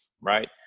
right